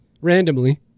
randomly